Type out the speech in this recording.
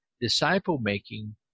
disciple-making